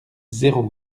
zéro